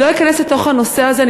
אני לא אכנס לנושא הזה,